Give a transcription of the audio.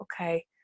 okay